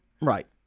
right